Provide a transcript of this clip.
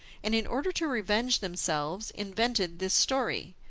and in order to revenge themselves invented this story.